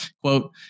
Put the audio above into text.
Quote